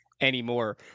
anymore